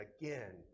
again